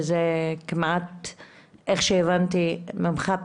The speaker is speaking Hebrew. כמו שהבנתי ממך,